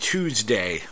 Tuesday